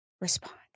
respond